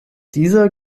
dieser